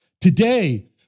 Today